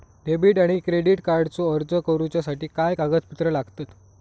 Debit आणि credit कार्डचो अर्ज करुच्यासाठी काय कागदपत्र लागतत?